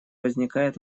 возникает